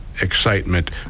excitement